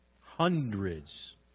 Hundreds